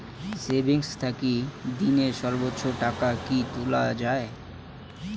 Savings থাকি দিনে সর্বোচ্চ টাকা কি তুলা য়ায়?